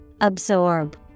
Absorb